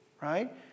Right